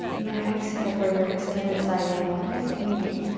and then exhale for your extended side angle. nice and easy.